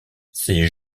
ces